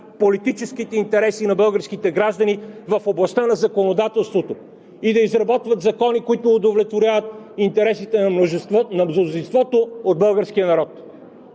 политическите интереси на българските граждани в областта на законодателството и да изработват закони, които удовлетворяват интересите на мнозинството от българския народ!